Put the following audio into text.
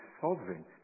sovereign